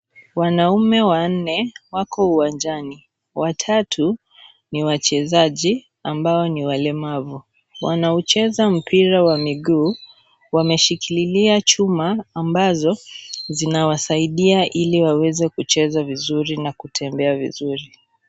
Wanaume wanne wako uwanjani. Watatu ni wachezaji ambao ni walemavu wanaocheza mpira wa miguu. Wameshikilia chuma ambazo zinawasaidia ili waweze kucheza vizuri na kutembea vizuri.